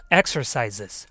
exercises